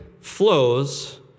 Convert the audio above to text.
flows